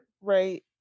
right